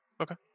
okay